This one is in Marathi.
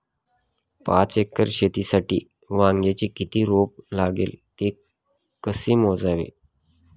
पाच एकर शेतीसाठी वांग्याचे किती रोप लागेल? ते कसे मोजावे?